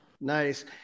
Nice